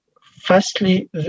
firstly